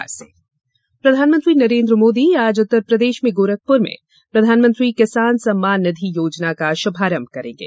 किसान सम्मान निधि फ्लेगशिप प्रधानमंत्री नरेन्द्र मोदी आज उत्तर प्रदेश में गोरखपुर में प्रधानमंत्री किसान सम्मान निधि योजना का शुभारंभ करेंगे